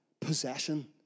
possession